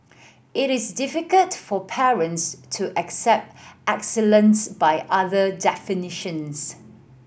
it is difficult for parents to accept excellence by other definitions